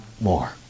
more